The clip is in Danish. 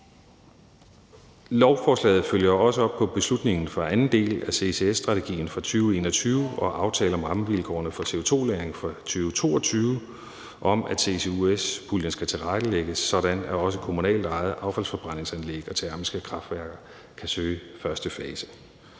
Lovforslaget følger også op på beslutningen fra anden del af CCS-strategien fra 2021 og aftalen om rammevilkårene for CO2-lagring fra 2022 om, at CCUS-puljen skal tilrettelægges sådan, at også kommunalt ejede affaldsforbrændingsanlæg og termiske kraftværker kan søge i første fase.